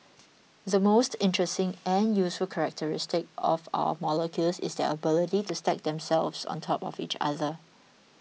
the most interesting and useful characteristic of our molecules is their ability to stack themselves on top of each other